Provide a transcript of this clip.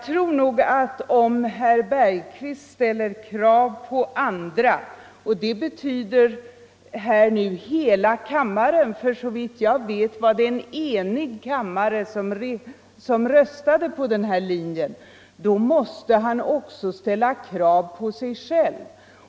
Jag anser att om herr Bergqvist ställer krav på andra — och det betyder i detta fall hela kammaren, för såvitt jag vet var det en enig kammare som röstade för den här linjen — måste han också ställa krav på sig själv.